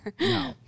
No